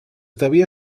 devia